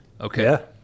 Okay